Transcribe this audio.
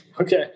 Okay